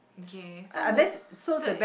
okay so w~ so